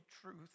truth